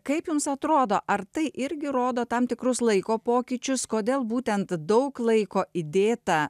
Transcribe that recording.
kaip jums atrodo ar tai irgi rodo tam tikrus laiko pokyčius kodėl būtent daug laiko įdėta